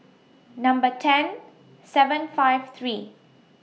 Number ten seven five three